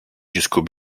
jusqu’au